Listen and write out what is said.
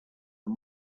are